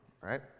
Right